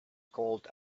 called